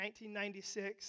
1996